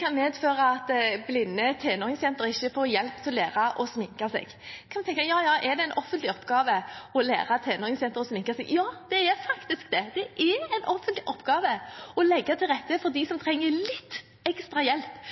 kan medføre at blinde tenåringsjenter ikke får hjelp til å lære å sminke seg, kan en tenke: Er det en offentlig oppgave å lære tenåringsjenter å sminke seg? Ja, det er faktisk det. Det er en offentlig oppgave å legge til rette for dem som trenger litt ekstra hjelp.